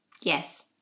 Yes